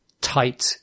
tight